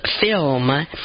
film